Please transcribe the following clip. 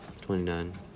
Twenty-nine